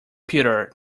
peter